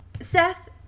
Seth